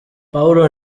pawulo